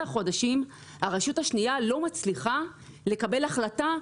חודשים הרשות השנייה לא מצליחה לקבל החלטה.